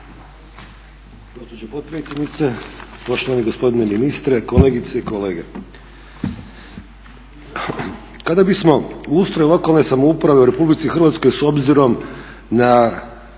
Kada bismo ustroj lokalne samouprave u RH s obzirom na